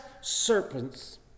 serpents